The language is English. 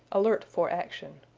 alert for action.